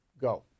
Go